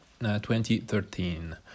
2013